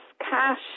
cash